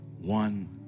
One